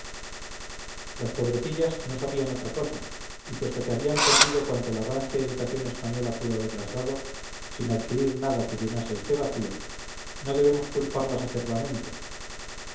las pobrecillas no sabían otra cosa y puesto que habían perdido cuanto la rancia educación española pudo haberlas dado sin adquirir nada que llenase este vacío no debemos culparlas acerbamente